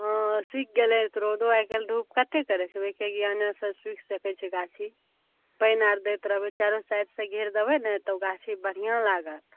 हँ सुखि गेलै रौदो आइ काल्हि धुप कते करै छै ओहिके ज्ञाने सँ सुखि सकै छै गाछी पानि आर दैत रहबै चारु साइडसँ घेर देबै ने तऽ ओ गाछी बढ़िऑं लागत